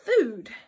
food